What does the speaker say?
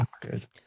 Good